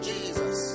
Jesus